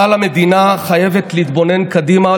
אבל המדינה חייבת להתבונן קדימה,